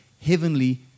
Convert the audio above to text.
heavenly